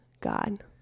God